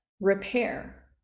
repair